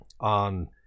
on